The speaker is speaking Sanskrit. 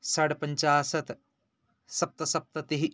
षट् पञ्चाशत् सप्त सप्ततिः